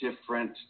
different